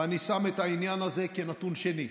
ואני שם את העניין הזה כנתון שני.